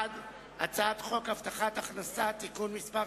1. הצעת חוק הבטחת הכנסה (תיקון מס'